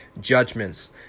judgments